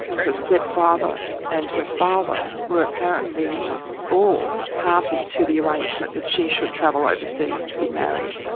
her stepfather and her father were apparently all party to the arrangement that she should travel overseas to be married,